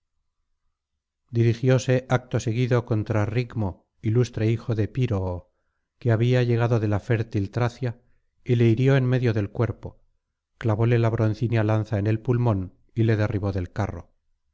dirigióse acto seguido contra rigmo ilustre hijo de fíroo que había llegado de la fértil tracia y le hirió en medio del cuerpo clavóle la broncínea lanza en el pulmón y le derribó del carro